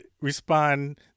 respond